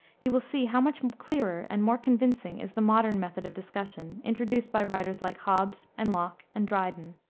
he will see how much clearer and more convincing is the modern method of discussion, introduced by writers like hobbes and locke and dryden.